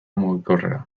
mugikorrera